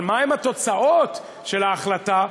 אבל מה הן התוצאות של ההחלטה,